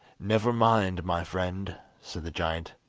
never mind, my friend said the giant,